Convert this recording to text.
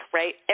right